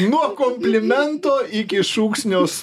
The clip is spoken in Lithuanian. nuo komplimento iki šūksnio